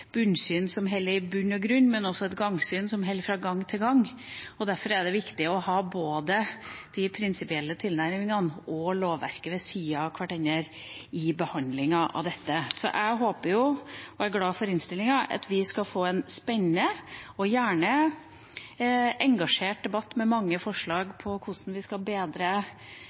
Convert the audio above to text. bunnsyn som holder i bunn og grunn, men også et gangsyn som holder fra gang til gang. Derfor er det viktig å ha de prinsipielle tilnærmingene og lovverket ved siden av hverandre i behandlingen av dette. Jeg er glad for innstillinga og håper vi skal få en spennende og gjerne engasjert debatt med mange forslag til hvordan vi skal bedre